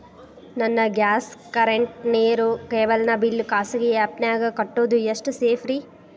ನನ್ನ gas current, ನೇರು, cable ನ ಬಿಲ್ ಖಾಸಗಿ ಆ್ಯಪ್ ನ್ಯಾಗ್ ಕಟ್ಟೋದು ಎಷ್ಟು ಸೇಫ್ರಿ?